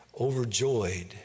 overjoyed